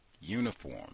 uniform